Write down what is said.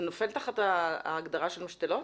זה נופל תחת ההגדרה של משתלות?